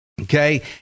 Okay